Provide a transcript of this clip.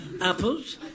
Apples